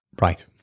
Right